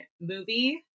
movie